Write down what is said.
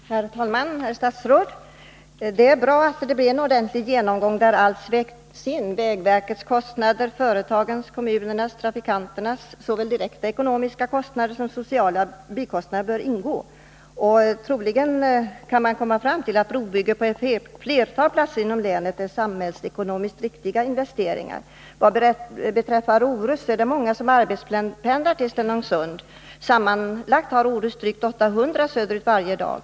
Herr talman! Herr statsråd! Det är bra att det blir en ordentlig genomgång där allt vägs in — vägverkets kostnader, företagens, kommunernas och trafikanternas. Såväl direkta ekonomiska kostnader som sociala bikostnader Nr 26 bör ingå. Troligen kan man komma fram till att brobyggen på ett flertal Tisdagen den platser inom länet är samhällsekonomiskt riktiga investeringar. 18 november 1980 Vad beträffar Orust är det många som arbetspendlar därifrån till Stenungsund — sammanlagt har Orust drygt 800 pendlare söderut varje dag.